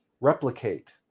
replicate